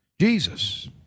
Jesus